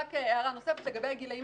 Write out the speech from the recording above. הערה נוספת לגבי הגילאים